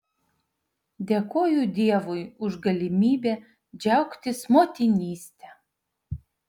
dėkoju dievui už galimybę džiaugtis motinyste